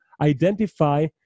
identify